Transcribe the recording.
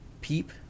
peep